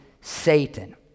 Satan